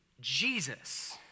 Jesus